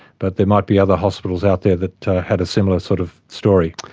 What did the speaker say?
but there might be other hospitals out there that had a similar sort of story.